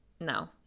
No